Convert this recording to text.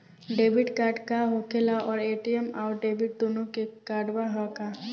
Debit card का होखेला और ए.टी.एम आउर डेबिट दुनों एके कार्डवा ह का?